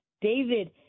David